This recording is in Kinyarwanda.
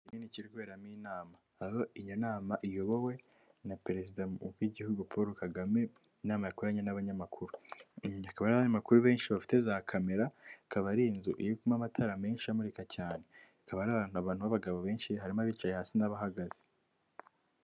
ikindi n ikiberamo inama aho iyi nama iyobowe na perezida w'igihugu paul kagame inama yakoranye n'abanyamakuru akaba n'abanyamakuru benshi bafite za camera kaba ari inzu imo amatara menshi amurika cyane ikaba ari ahantu abantu b'abagabo benshi harimo bicaye hasi n'abahagaze